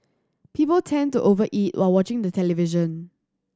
people tend to over eat while watching the television